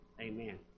Amen